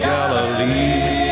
Galilee